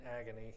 agony